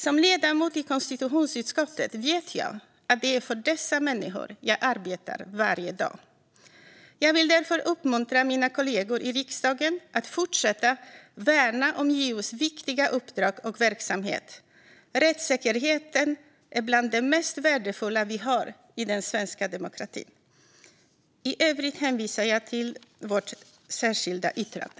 Som ledamot i konstitutionsutskottet vet jag att det är för dessa människor jag arbetar varje dag. Jag vill därför uppmuntra mina kollegor i riksdagen att fortsätta värna JO:s viktiga uppdrag och verksamhet. Rättssäkerheten är bland det mest värdefulla vi har i den svenska demokratin. I övrigt hänvisar jag till vårt särskilda yttrande.